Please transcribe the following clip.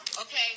Okay